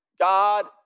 God